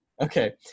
Okay